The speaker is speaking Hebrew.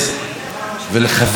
ולחברי המטה,